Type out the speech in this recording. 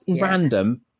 random